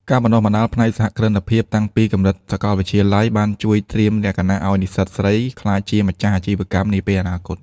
ការបណ្តុះបណ្តាលផ្នែកសហគ្រិនភាពតាំងពីកម្រិតសកលវិទ្យាល័យ បានជួយត្រៀមលក្ខណៈឱ្យនិស្សិតស្រីក្លាយជាម្ចាស់អាជីវកម្មនាពេលអនាគត។